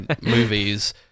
movies